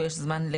יש זמן?